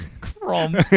Crom